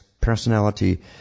personality